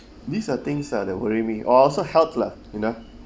these are things ah that worry me or also health lah you know